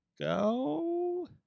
go